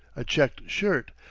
a checked shirt,